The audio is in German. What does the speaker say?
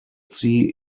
sie